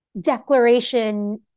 declaration